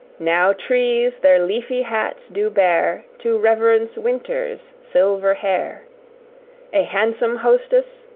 now trees their leafy hats do bare, to reverence winter's silver hair a handsome hostess,